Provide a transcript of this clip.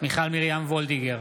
מיכל מרים וולדיגר,